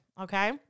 okay